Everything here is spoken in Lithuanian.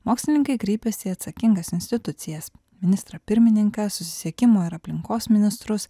mokslininkai kreipėsi į atsakingas institucijas ministrą pirmininką susisiekimo ir aplinkos ministrus